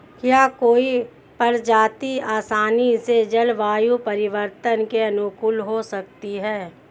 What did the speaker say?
क्या कोई प्रजाति आसानी से जलवायु परिवर्तन के अनुकूल हो सकती है?